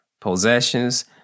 possessions